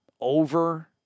Over